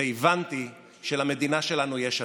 והבנתי שלמדינה שלנו יש עתיד.